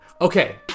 okay